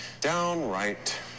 Downright